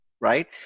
right